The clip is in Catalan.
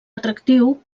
atractiu